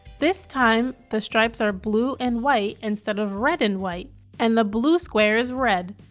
this time the stripes are blue and white instead of red and white and the blue square is red.